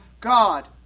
God